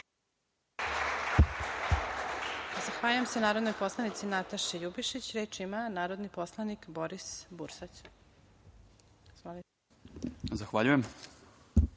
Zahvaljujem